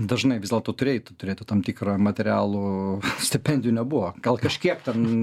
dažnai vis dėlto turėjai tu turėti tam tikrą materialų stipendijų nebuvo gal kažkiek ten